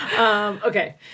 Okay